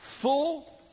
full